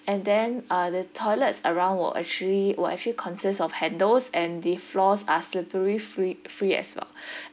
and then uh the toilets around will actually will actually consist of handles and the floors are slippery free free as well